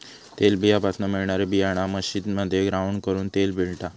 तेलबीयापासना मिळणारी बीयाणा मशीनमध्ये ग्राउंड करून तेल मिळता